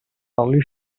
surly